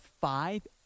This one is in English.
five